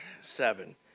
seven